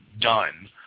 done